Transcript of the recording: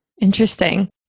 Interesting